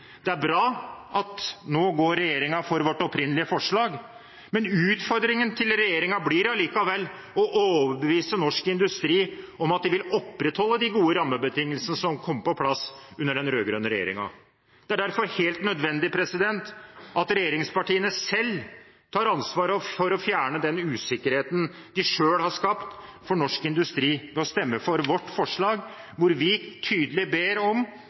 Det er bra at regjeringen nå går for vårt opprinnelige forslag. Men utfordringen til regjeringen blir allikevel å overbevise norsk industri om at de vil opprettholde de gode rammebetingelsene som kom på plass under den rød-grønne regjeringen. Det er derfor helt nødvendig at regjeringspartiene selv tar ansvar for å fjerne den usikkerheten de selv har skapt for norsk industri, ved å stemme for vårt forslag hvor vi tydelig ber om